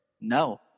No